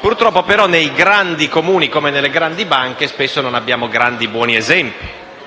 Purtroppo però nei grandi Comuni come nelle grandi banche spesso non abbiamo grandi buoni esempi.